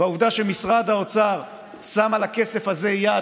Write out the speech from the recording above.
והעובדה שמשרד האוצר שם על הכסף הזה יד